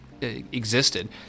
existed